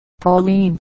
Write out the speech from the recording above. Pauline